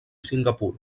singapur